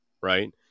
right